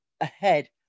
ahead